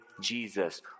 Jesus